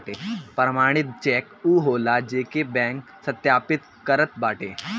प्रमाणित चेक उ होला जेके बैंक सत्यापित करत बाटे